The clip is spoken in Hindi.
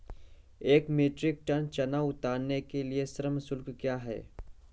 एक मीट्रिक टन चना उतारने के लिए श्रम शुल्क क्या है?